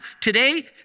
today